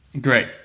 Great